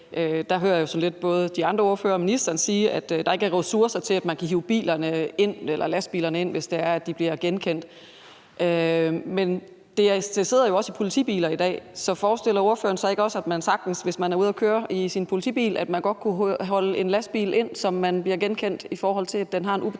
ministeren og de andre ordførere sige, at der ikke er ressourcer til, at man kan hive lastbilerne ind, hvis de bliver genkendt. Men det sidder jo også i politibiler i dag. Så forestiller ordføreren sig ikke også, at man sagtens, hvis man er ude at køre i sin politibil, godt kunne vinke en lastbil, som bliver genkendt, ind, hvis den har en ubetalt